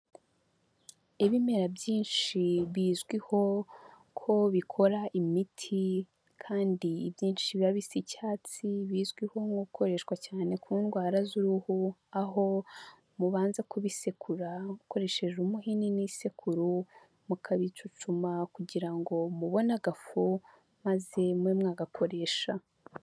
Ibimera byinshi bizwiho ko bikora imiti kandi ibyinshi biba bisi icyatsi, bizwiho nko gukoreshwa cyane ku ndwara z'uruhu aho mubanza kubisekura mukoresheje umuhini n'isekuru, mukabicucuma kugira ngo mubone agafu maze mube mwagakoresha.